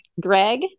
Greg